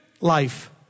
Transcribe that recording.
life